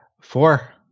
Four